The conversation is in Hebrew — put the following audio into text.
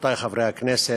רבותי חברי הכנסת,